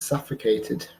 suffocated